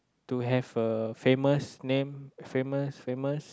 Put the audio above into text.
to have a famous name famous famous